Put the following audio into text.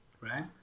right